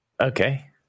Okay